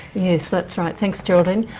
that's right. thanks, geraldine.